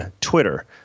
Twitter